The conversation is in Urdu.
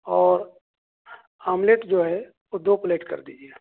اور آملیٹ جو ہے وہ دو پلیٹ کر دیجئے